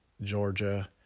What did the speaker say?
georgia